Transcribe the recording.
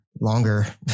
longer